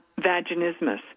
vaginismus